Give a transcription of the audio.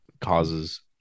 causes